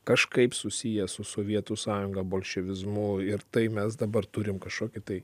kažkaip susiję su sovietų sąjunga bolševizmo ir tai mes dabar turime kažkokį tai